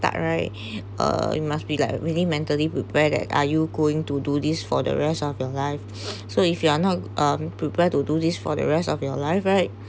start right uh you must be like really mentally prepared that are you going to do this for the rest of your life so if you are not um prepared to do this for the rest of your life right